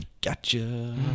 Gotcha